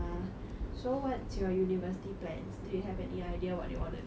so what's your university plans do you have any idea what you wanna do